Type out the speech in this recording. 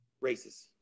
races